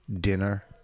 dinner